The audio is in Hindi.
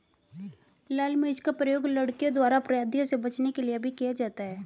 लाल मिर्च का प्रयोग लड़कियों द्वारा अपराधियों से बचने के लिए भी किया जाता है